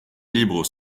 libres